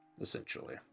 essentially